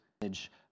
image